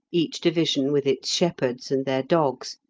each division with its shepherds and their dogs,